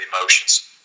emotions